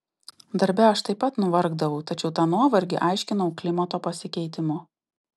darbe aš taip pat nuvargdavau tačiau tą nuovargį aiškinau klimato pasikeitimu